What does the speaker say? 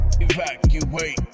Evacuate